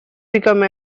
became